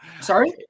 Sorry